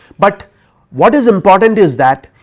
but what is important is that,